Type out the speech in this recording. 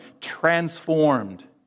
transformed